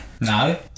no